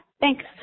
thanks